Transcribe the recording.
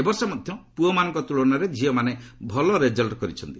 ଏ ବର୍ଷ ମଧ୍ୟ ପୁଅମାନଙ୍କ ତ୍ନଳନାରେ ଝିଅମାନେ ଭଲ ରେଜଲ୍ଚ କରିଛନ୍ତି